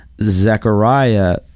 Zechariah